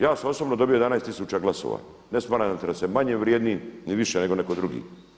Ja sam osobno dobio 11 tisuća glasova, ne smatram se manje vrijednim ni više nego netko drugi.